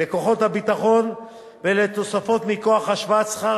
לכוחות הביטחון ולתוספות מכוח השוואת שכר